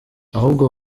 ahubwo